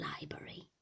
library